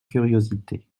curiosité